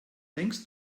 denkst